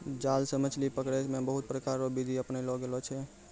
जाल से मछली पकड़ै मे बहुत प्रकार रो बिधि अपनैलो गेलो छै